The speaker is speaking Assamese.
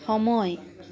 সময়